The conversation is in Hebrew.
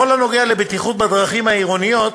בכל הקשור לבטיחות בדרכים עירוניות,